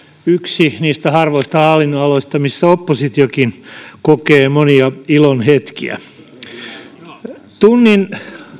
yksi niistä harvoista hallinnonaloista missä oppositiokin kokee monia ilonhetkiä kaikki tunnin